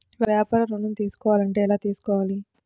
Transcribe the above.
వ్యాపార ఋణం తీసుకోవాలంటే ఎలా తీసుకోవాలా?